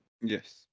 Yes